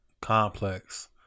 Complex